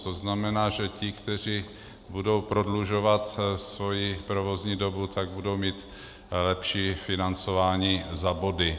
To znamená, že ti, kteří budou prodlužovat svoji provozní dobu, budou mít lepší financování za body.